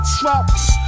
trucks